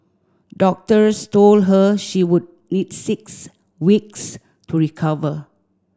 doctors told her she would need six weeks to recover